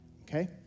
okay